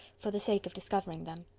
for the sake of discovering them.